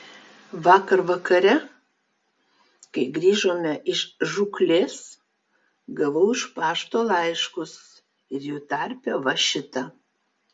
vakar vakare kai grįžome iš žūklės gavau iš pašto laiškus ir jų tarpe va šitą